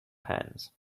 hands